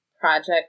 project